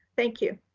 thank you.